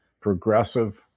progressive